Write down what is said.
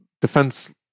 defense